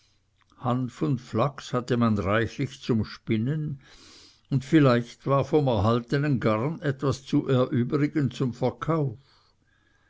hanf und flachs hatte man reichlich zum spinnen und vielleicht war vom erhaltenen garn etwas zu erübrigen zum verkauf